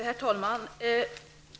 Herr talman!